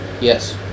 yes